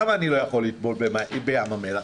למה אני לא יכול לטבול בים המלח?